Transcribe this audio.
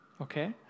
okay